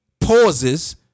pauses